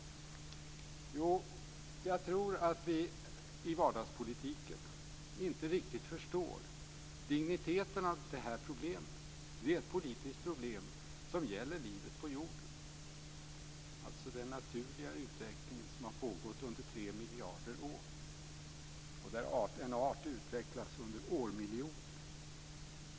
Jo, jag tror att vi i vardagspolitiken inte riktigt förstår digniteten av det här problemet. Det är ett politiskt problem som gäller livet på jorden, dvs. den naturliga utveckling som har pågått under tre miljarder år och där en art utvecklas under årmiljoner.